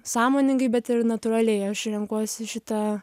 sąmoningai bet ir natūraliai aš renkuosi šitą